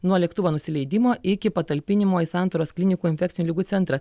nuo lėktuvo nusileidimo iki patalpinimo į santaros klinikų infekcinių ligų centrą